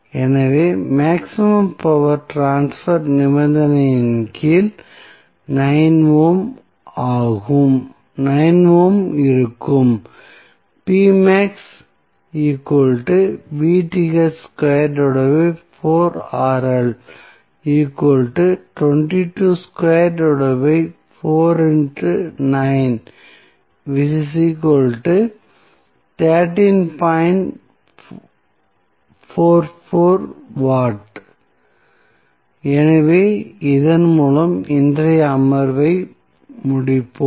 எனவே maximum power transfer நிபந்தனையின் கீழ் 9 ஓம் இருக்கும் எனவே இதன் மூலம் இன்றைய அமர்வை முடிப்போம்